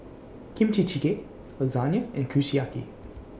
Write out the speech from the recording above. Kimchi Jjigae Lasagne and Kushiyaki